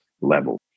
level